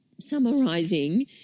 summarizing